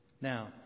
Now